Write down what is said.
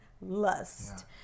lust